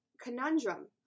conundrum